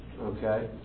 Okay